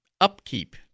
upkeep